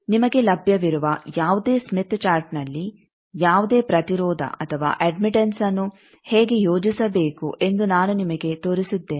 ನಿಮಗೆ ಲಭ್ಯವಿರುವ ಯಾವುದೇ ಸ್ಮಿತ್ ಚಾರ್ಟ್ನಲ್ಲಿ ಯಾವುದೇ ಪ್ರತಿರೋಧ ಅಥವಾ ಅಡ್ಮಿಟೆಂಸ್ಅನ್ನು ಹೇಗೆ ಯೋಜಿಸಬೇಕು ಎಂದು ನಾನು ನಿಮಗೆ ತೋರಿಸಿದ್ದೇನೆ